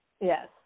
Yes